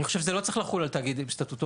אני חושב שזה לא צריך לחול על תאגידים סטטוטוריים.